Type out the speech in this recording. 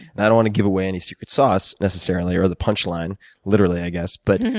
and i don't want to give away any secret sauce, necessarily, or the punch line literally, i guess but